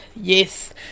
Yes